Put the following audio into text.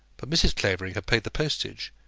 but mrs. clavering had paid the postage,